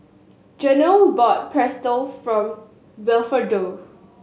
Jenelle bought Pretzel form Wilfredo